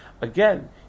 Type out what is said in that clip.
Again